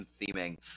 theming